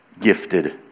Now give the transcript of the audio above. gifted